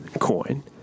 coin